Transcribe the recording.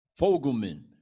Fogelman